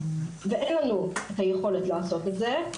אבל אין לנו את היכולת לעשות את זה.